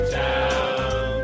town